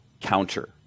counter